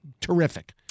terrific